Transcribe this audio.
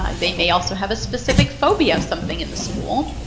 um they may also have a specific phobia of something in the school.